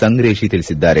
ಸಂಗ್ರೇಶಿ ತಿಳಿಸಿದ್ದಾರೆ